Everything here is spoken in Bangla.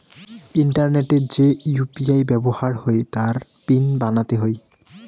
ইন্টারনেটে যে ইউ.পি.আই ব্যাবহার হই তার পিন বানাতে হই